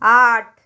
আট